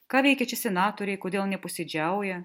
ką veikia čia senatoriai kodėl neposėdžiauja